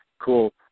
cool